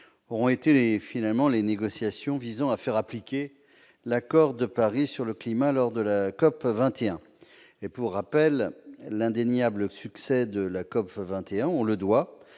ont finalement été les négociations visant à faire appliquer l'accord de Paris sur le climat signé lors de la COP21. Pour rappel, l'indéniable succès de la COP21 est